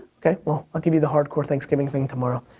ok, well i'll give you the hard core thanksgiving thing tomorrow.